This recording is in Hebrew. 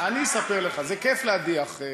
אני אספר לך: זה כיף להדיח.